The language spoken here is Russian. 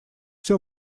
все